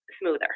Smoother